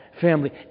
family